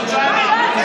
במדינת